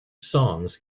songs